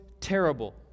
terrible